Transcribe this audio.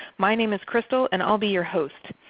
my name is crystal and i will be your host.